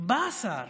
שבא שר